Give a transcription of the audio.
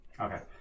Okay